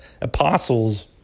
apostles